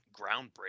groundbreaking